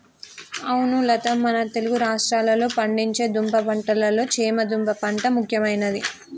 అవును లత మన తెలుగు రాష్ట్రాల్లో పండించే దుంప పంటలలో చామ దుంప పంట ముఖ్యమైనది